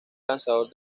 lanzador